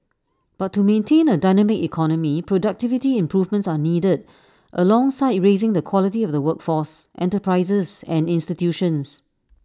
but to maintain A dynamic economy productivity improvements are needed alongside raising the quality of the workforce enterprises and institutions